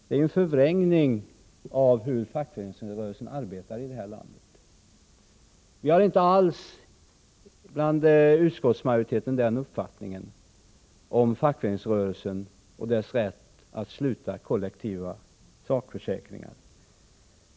Det är en förvrängning av hur fackföreningsrörelsen arbetar i detta land. Vi har i utskottsmajoriteten inte alls denna uppfattning om fackföreningsrörelsen och dess rätt att sluta avtal om kollektiva sakförsäkringar.